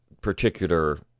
particular